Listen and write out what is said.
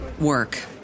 work